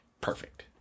perfect